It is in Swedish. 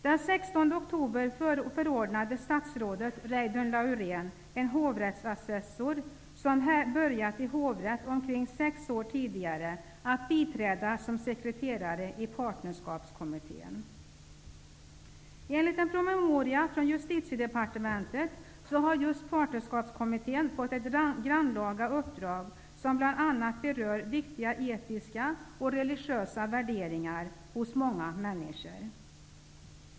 Den 16 oktober förordnade statsrådet Reidunn Laurén en hovrättsassessor, som börjat i hovrätt cirka sex år tidigare, att biträda som sekreterare i Enligt en promemoria från Justitiedepartementet har just Partnerskapskommittén fått ett grannlaga uppdrag som bl.a. berör viktiga etiska och religiösa värderingar hos många människor.